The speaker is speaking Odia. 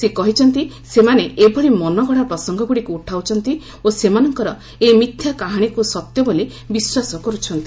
ସେ କହିଛନ୍ତି ସେମାନେ ଏଭଳି ମନଗଡା ପ୍ରସଙ୍ଗଗୁଡ଼ିକୁ ଉଠାଉଛନ୍ତି ଓ ସେମାନଙ୍କର ଏହି ମିଥ୍ୟା କାହାଣୀକୁ ସତ୍ୟ ବୋଲି ବିଶ୍ୱାସ କର୍ଚ୍ଛନ୍ତି